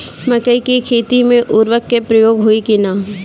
मकई के खेती में उर्वरक के प्रयोग होई की ना?